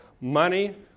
money